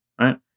right